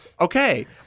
Okay